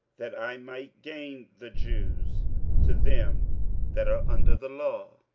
that i might gain the jews to them that are under the law,